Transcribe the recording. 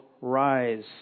Rise